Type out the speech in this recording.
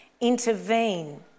intervene